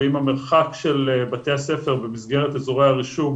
ואם המרחק של בתי הספר במסגרת אזורי הרישום,